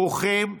ברוכים תהיו.